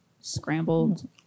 scrambled